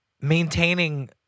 maintaining